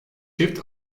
çift